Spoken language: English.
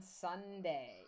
sunday